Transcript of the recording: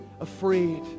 afraid